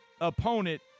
opponent